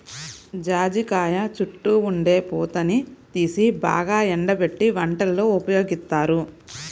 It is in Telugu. జాజికాయ చుట్టూ ఉండే పూతని తీసి బాగా ఎండబెట్టి వంటల్లో ఉపయోగిత్తారు